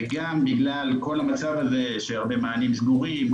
וגם בגלל כל המצב הזה שהרבה מענים סגורים,